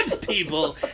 people